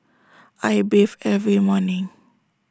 I bathe every morning